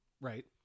right